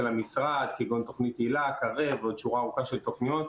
המשרד כגון תוכנית היל"ה ועוד שורה ארוכה של תוכניות,